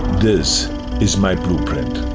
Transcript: this is my blueprint.